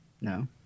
No